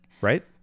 Right